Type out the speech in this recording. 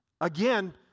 Again